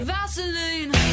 Vaseline